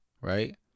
right